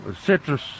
citrus